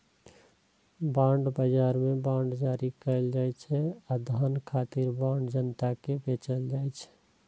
bond बाजार मे bond जारी कैल जाइ छै आ धन खातिर बांड जनता कें बेचल जाइ छै